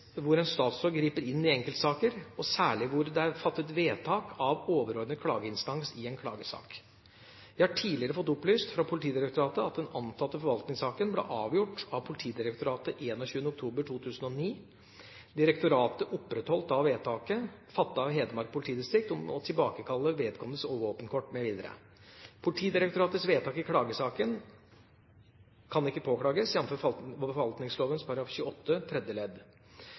hvor en statsråd griper inn i enkeltsaker, og særlig hvor det er fattet et vedtak av overordnet klageinstans i en klagesak. Jeg har tidligere fått opplyst fra Politidirektoratet at den antatte forvaltningssaken ble avgjort av Politidirektoratet 21. oktober 2009. Direktoratet opprettholdt da vedtaket fattet av Hedmark politidistrikt om å tilbakekalle vedkommendes våpenkort mv. Politidirektoratets vedtak i klagesaken kan ikke påklages, jf. forvaltningsloven § 28 tredje ledd.